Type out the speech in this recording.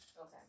Okay